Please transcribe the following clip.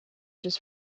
just